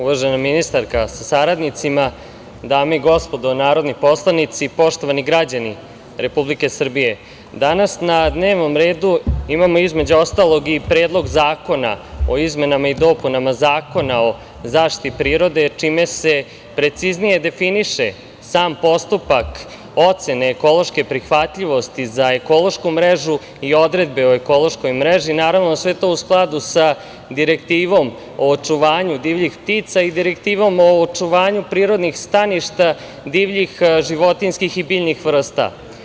Uvažena ministarka sa saradnicima, dame i gospodo narodni poslanici, poštovani građani Republike Srbije, danas na dnevnom redu imamo, između ostalog, i Predlog zakona o izmenama i dopunama Zakona o zaštiti prirode, čime se preciznije definiše sam postupak ocene ekološke prihvatljivosti za ekološku mrežu i odredbe o ekološkoj mreži, naravno, sve to u skladu sa Direktivom o očuvanju divljih ptica i Direktivom o očuvanju prirodnih staništa divljih životinjskih i biljnih vrsta.